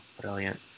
Brilliant